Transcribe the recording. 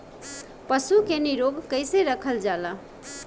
पशु के निरोग कईसे रखल जाला?